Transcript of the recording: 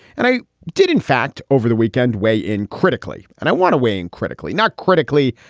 and i did, in fact, over the weekend weigh in critically. and i want to weigh in critically, not critically.